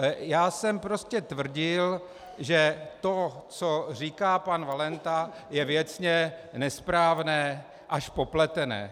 Já jsem prostě tvrdil, že to, co říká pan Valenta, je věcně nesprávné až popletené.